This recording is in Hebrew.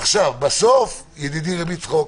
בסוף, ידידי רב יצחק,